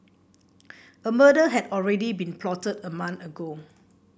a murder had already been plotted a month ago